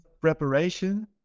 preparation